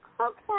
Okay